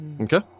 Okay